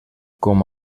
com